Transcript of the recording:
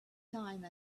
time